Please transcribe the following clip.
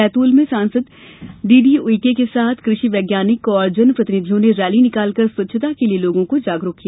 बैतूल में सांसद डीडी उइके के साथ कृषि वैज्ञानिक और जनप्रतिनिधियों ने रैली निकालकर स्वच्छता के लिए लोगों को जागरूक किया